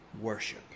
worship